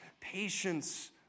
Patience